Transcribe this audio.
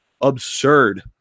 absurd